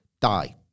die